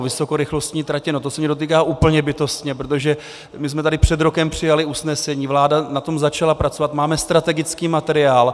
Vysokorychlostní tratě, no to se mě dotýká úplně bytostně, protože my jsme tady před rokem přijali usnesení, vláda na tom začala pracovat, máme strategický materiál.